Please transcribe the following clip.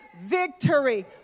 victory